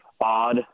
odd